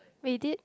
we did